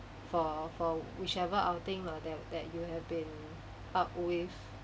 for for whichever outing lah that that you have been up with